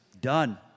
Done